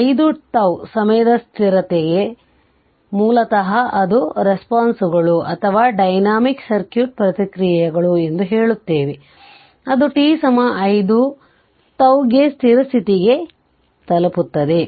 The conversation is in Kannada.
5 τ ಸಮಯದ ಸ್ಥಿರಗೆ time constant ಮೂಲತಃ ಆ ರೇಸ್ಪೋಂಸ್ಗಳು ಅಥವಾ ಡೈನಾಮಿಕ್ ಸರ್ಕ್ಯೂಟ್ ಪ್ರತಿಕ್ರಿಯೆಗಳು ಎಂದು ಹೇಳುತ್ತೇನೆ ಅದು t 5 τಗೆ ಸ್ಥಿರ ಸ್ಥಿತಿಗೆ ತಲುಪುತ್ತದೆ